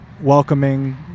welcoming